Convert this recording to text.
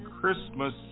Christmas